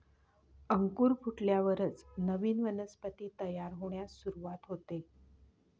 अंकुर फुटल्यावरच नवीन वनस्पती तयार होण्यास सुरूवात होते